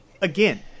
again